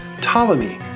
Ptolemy